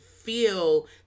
feel